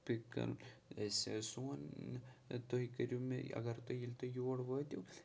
pick کَرُن أسہِ سون تُہۍ کٔرِو مےٚ اگر تُہۍ ییٚلہِ تُہۍ یور وٲتِو